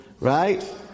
right